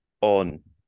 on